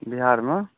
बिहारमे